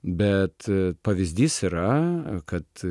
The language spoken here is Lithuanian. bet pavyzdys yra kad